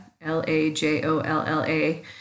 L-A-J-O-L-L-A